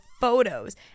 photos